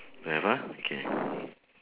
don't have ah okay